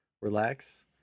relax